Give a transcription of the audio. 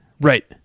Right